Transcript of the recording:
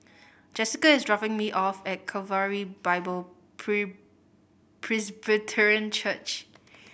Jessica is dropping me off at Calvary Bible Presbyterian Church